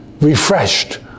refreshed